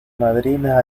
madrina